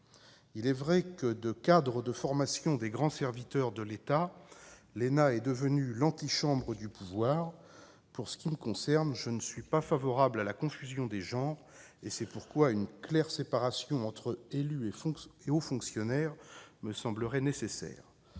Il est vrai que, de cadre de formation des grands serviteurs de l'État, l'ENA est devenue l'antichambre du pouvoir. Pour ce qui me concerne, je ne suis pas favorable à la confusion des genres, et c'est pourquoi une claire séparation entre élus et hauts fonctionnaires me semble nécessaire.